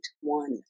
one